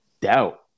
doubt